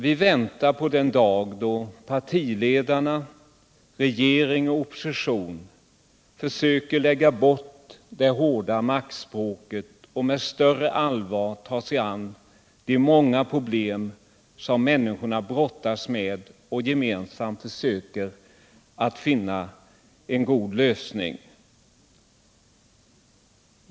Vi väntar på den dag då partiledarna, regering och opposition försöker att lägga bort det hårda maktspråket och med större allvar tar sig an de många problem som människorna brottas med och gemensamt söker att finna en lösning på.